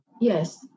Yes